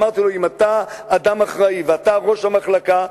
אמרתי לו: אם אתה אדם אחראי ואתה ראש המחלקה,